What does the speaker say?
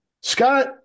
Scott